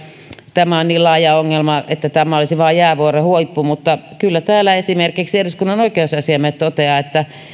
tämä on niin laaja ongelma että tämä olisi vain jäävuoren huippu mutta kyllä täällä esimerkiksi eduskunnan oikeusasiamies toteaa että